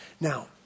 Now